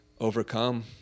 overcome